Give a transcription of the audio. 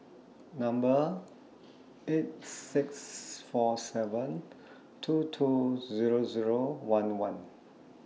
Number eight six four seven two two Zero Zero one one